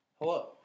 hello